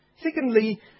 Secondly